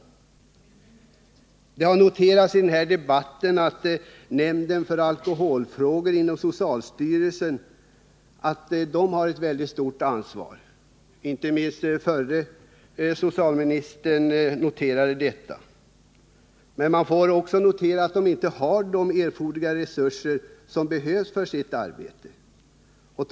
I den här debatten har noterats att nämnden för alkoholfrågor inom socialstyrelsen har ett väldigt stort ansvar. Inte minst förre socialministern Rune Gustavsson framhöll detta. Men man får också notera att nämnden inte har de resurser som erfordras för arbetet.